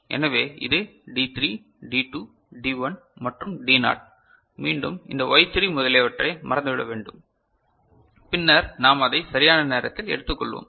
எனவே இது D 3 D 2 D 1 மற்றும் டி நாட் மீண்டும் இந்த Y3 முதலியவற்றை மறந்துவிட வேண்டும் பின்னர் நாம் அதை சரியான நேரத்தில் எடுத்துக்கொள்வோம்